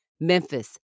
Memphis